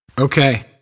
Okay